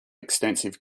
extensive